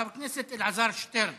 חבר הכנסת אלעזר שטרן